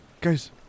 guys